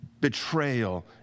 betrayal